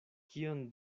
kion